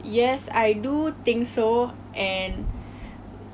我本身是很喜欢